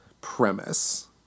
premise